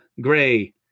Gray